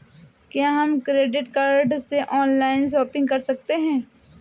क्या हम credit card से ऑनलाइन शॉपिंग कर सकते हैं?